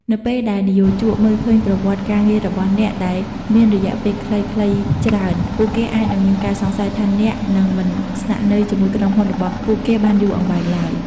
នៅពេលដែលនិយោជកមើលឃើញប្រវត្តិការងាររបស់អ្នកដែលមានរយៈពេលខ្លីៗច្រើន ពួកគេអាចមានការសង្ស័យថាអ្នកនឹងមិនស្នាក់នៅជាមួយក្រុមហ៊ុនរបស់ពួកគេបានយូរអង្វែងឡើយ។